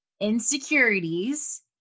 Insecurities